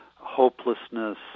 hopelessness